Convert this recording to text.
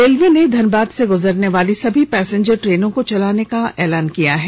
railway ने धनबाद से गुजरने वाली सभी पैसेंजर ट्रेनों को चलाने का एलान कर दिया है